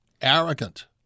arrogant